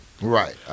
Right